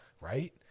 right